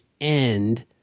end